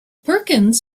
perkins